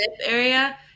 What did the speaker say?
area